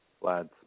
lads